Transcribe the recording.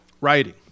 writing